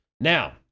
Now